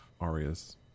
arias